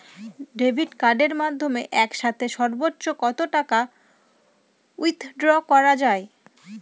Debit কার্ডের মাধ্যমে একসাথে সর্ব্বোচ্চ কত টাকা উইথড্র করা য়ায়?